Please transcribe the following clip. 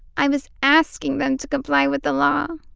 i was asking them to comply with the law.